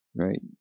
right